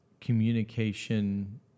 communication